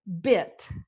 bit